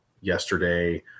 yesterday